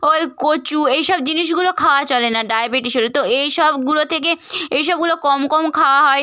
ওল কচু এই সব জিনিসগুলো খাওয়া চলে না ডায়াবেটিস হলে তো এই সবগুলো থেকে এই সবগুলো কম কম খাওয়া হয়